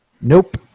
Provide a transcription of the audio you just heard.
Nope